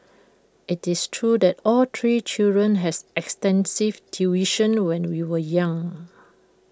IT is true that all three children has extensive tuition when we were young